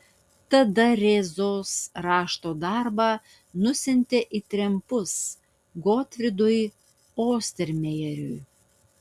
tada rėzos rašto darbą nusiuntė į trempus gotfrydui ostermejeriui